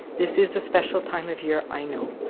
this is a special time of year, i know,